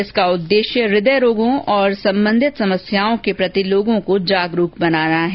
इसका उद्देश्य हृदय रोगों और संबंधित समस्याओं के प्रति लोगों को जागरूक बनाना है